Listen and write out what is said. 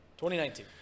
2019